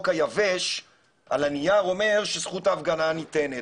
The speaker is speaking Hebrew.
היבש על הנייר אומר שזכות ההפגנה ניתנת.